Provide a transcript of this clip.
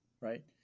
right